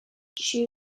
she